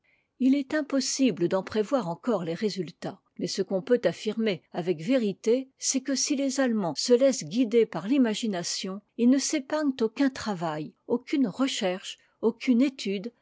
h est impossible d'en prévoir encore es résultats mais ce qu'on peut affirmer avec vérité c'est que si les allemands se laissent guider par l'imagination ils ne s'épargnent aucun travail aucune recherche aucune étude